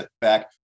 back